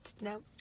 No